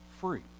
free